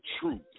truth